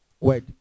Word